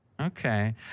Okay